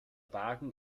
wagen